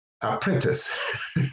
apprentice